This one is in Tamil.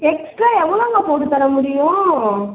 எக்ஸ்ட்டா எவ்வளோங்க போட்டு தர முடியும்